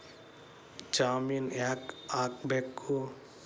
ಜಾಮಿನ್ ಯಾಕ್ ಆಗ್ಬೇಕು?